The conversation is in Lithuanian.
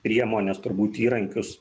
priemones turbūt įrankius